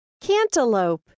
cantaloupe